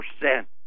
percent